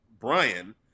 Brian